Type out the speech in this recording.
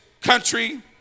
country